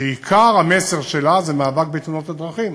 ועיקר המסר שלה זה מאבק בתאונות הדרכים,